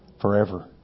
forever